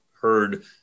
heard